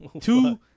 Two